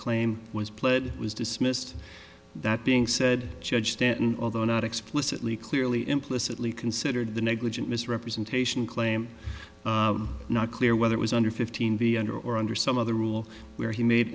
claim was pled was dismissed that being said judge stanton although not explicitly clearly implicitly considered the negligent misrepresentation claim not clear whether it was under fifteen be under or under some other rule where he made